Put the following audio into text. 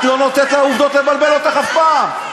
את לא נותנת לעובדות לבלבל אותך אף פעם,